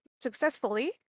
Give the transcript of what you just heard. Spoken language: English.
successfully